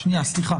הרגולציה,